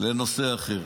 לנושא אחר.